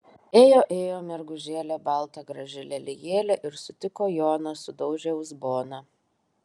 ėjo ėjo mergužėlė balta graži lelijėlė ir sutiko joną sudaužė uzboną